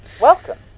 Welcome